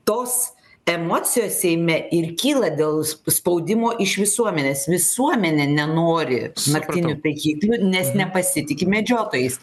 tos emocijos seime ir kyla dėl sp spaudimo iš visuomenės visuomenė nenori naktinių taikiklių nes nepasitiki medžiotojais